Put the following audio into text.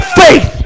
faith